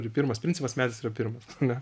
ir pirmas principas medis yra pirmas ane